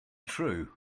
true